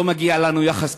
לא מגיע לנו יחס כזה.